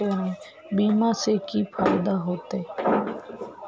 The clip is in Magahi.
बीमा से की फायदा होते?